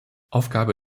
aufgabe